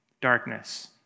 darkness